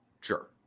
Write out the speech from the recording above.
Sure